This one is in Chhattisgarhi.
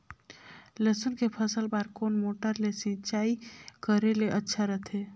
लसुन के फसल बार कोन मोटर ले सिंचाई करे ले अच्छा रथे?